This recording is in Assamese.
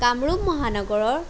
কামৰূপ মহানগৰৰ